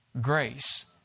grace